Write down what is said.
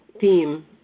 theme